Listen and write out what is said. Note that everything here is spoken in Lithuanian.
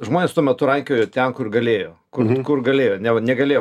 žmonės tuo metu rankiojo ten kur galėjo kur kur galėjo negalėjo